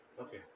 Okay